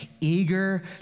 eager